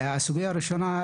הסוגיה הראשונה,